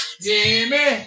Jimmy